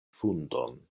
fundon